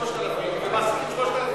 מפטרים 3,000 עובדים ומעסיקים 3,000 עובדים.